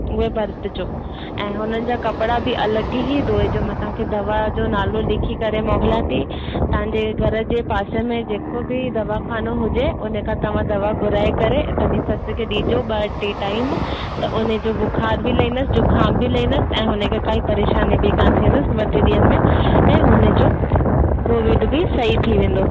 उहे बरतिजो ऐं हुन जा कपिड़ा बि अलॻि ई धोए जो मां तव्हांखे दवा जो नालो लिखी करे मोकिलां थी तव्हांजे घर जे पासे में जेको बि दवाखानो हुजे हुन खां तव्हां दवा घुराए करे ऐं पंहिंजी ससु खे ॾिजो ॿ टे टाइम त हुनजो बुख़ार बि लई वेंदसि जुकाम बि लई वेंदसि ऐं हुनखे काई परेशानी बि कान थींदसि ॿ टे ॾींहंनि में ऐं हुनजो कोविड बि सही थी वेंदो